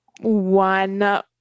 one